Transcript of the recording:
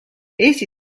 eesti